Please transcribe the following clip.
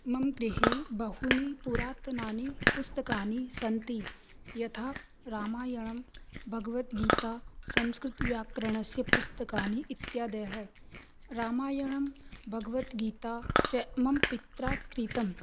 मम गृहे बहूनि पुरातनानि पुस्तकानि सन्ति यथा रामायणं भगवद्गीता संस्कृतव्याकरणस्य पुस्तकानि इत्यादयः रामायणं भगवद्गीता च मम पित्रा क्रीतम्